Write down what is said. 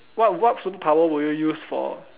what what superpower will you use for